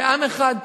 כעם אחד,